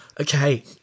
Okay